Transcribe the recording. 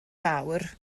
fawr